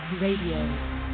Radio